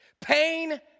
Pain